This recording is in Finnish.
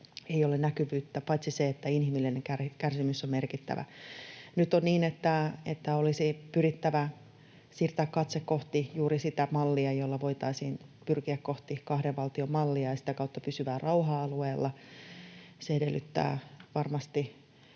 ei ole näkyvyyttä — paitsi se, että inhimillinen kärsimys on merkittävä. Nyt on niin, että olisi pyrittävä siirtämään katse kohti juuri sitä mallia, jolla voitaisiin pyrkiä kohti kahden valtion mallia ja sitä kautta pysyvää rauhaa alueella. Se edellyttää varmasti